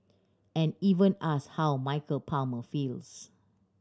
and even asked how Michael Palmer feels